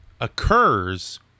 occurs